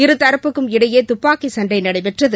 இருதரப்புக்கும் இடையே துப்பாக்கி சண்டை நடைபெற்றது